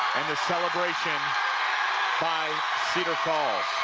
and celebration by cedar falls.